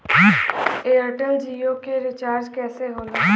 Airtel Jio के recharge कैसे होला?